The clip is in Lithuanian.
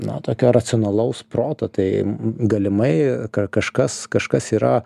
na tokio racionalaus proto tai galimai ka kažkas kažkas yra